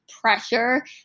pressure